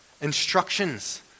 instructions